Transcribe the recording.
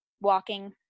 walking